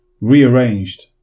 rearranged